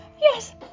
yes